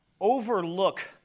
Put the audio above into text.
overlook